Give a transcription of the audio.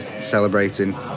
celebrating